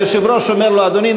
היושב-ראש אומר לו: אדוני,